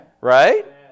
Right